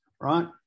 Right